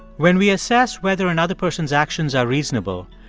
when we assess whether another person's actions are reasonable,